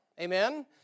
Amen